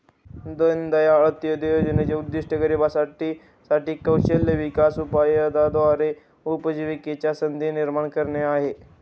दीनदयाळ अंत्योदय योजनेचे उद्दिष्ट गरिबांसाठी साठी कौशल्य विकास उपायाद्वारे उपजीविकेच्या संधी निर्माण करणे आहे